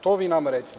To vi nama recite.